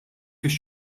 fix